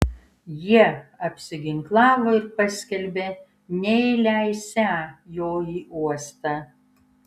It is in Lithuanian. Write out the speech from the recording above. jie apsiginklavo ir paskelbė neįleisią jo į uostą